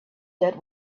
that